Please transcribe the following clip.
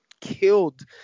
killed